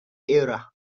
era